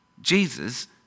Jesus